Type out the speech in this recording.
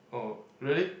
oh really